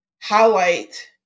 highlight